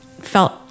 felt